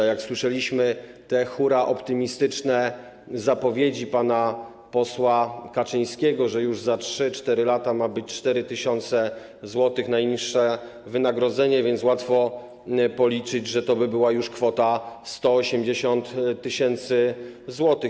A jak słyszeliśmy hurraoptymistyczne zapowiedzi pana posła Kaczyńskiego, już za 3, 4 lata ma być kwota 4 tys. zł najniższego wynagrodzenia, więc łatwo policzyć, że to by była już kwota 180 tys. zł.